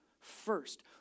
first